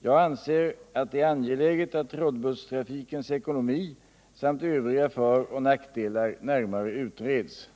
Jag anser att det är angeläget att trådbusstrafikens ekonomi samt övriga föroch nackdelar närmare utreds.